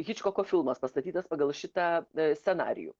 hičkoko filmas pastatytas pagal šitą scenarijų